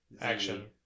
action